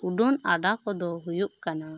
ᱩᱰᱟᱹᱱ ᱟᱰᱟ ᱠᱚ ᱫᱚ ᱦᱩᱭᱩᱜ ᱠᱟᱱᱟ